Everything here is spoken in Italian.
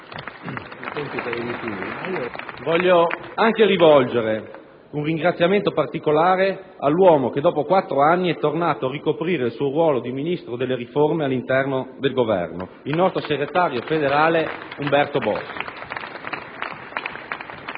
Voglio anche rivolgere un ringraziamento particolare all'uomo che dopo quattro anni è tornato a ricoprire il suo ruolo di Ministro delle riforme all'interno del Governo, il nostro segretario federale Umberto Bossi